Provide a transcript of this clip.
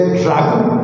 dragon